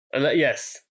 Yes